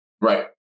Right